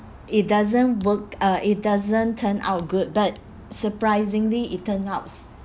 it doesn't work uh it doesn't turn out good but surprisingly it turn out